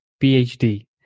PhD